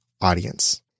audience